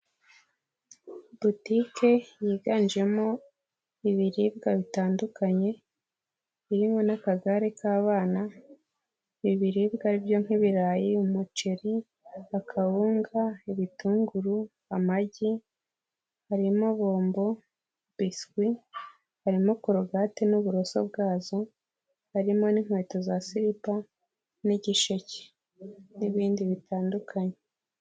Botike yiganjemo ibiribwa bitandukanye, birimo n'akagare k'abana. Ibibiribwa byo: nk'ibirayi, umuceri, akawunga, ibitunguru, amagi, harimo bombo, biswi, harimo korogate n'uburoso bwazo, harimo n'inkweto za silipa n'igisheke n'ibindi bitandukanye.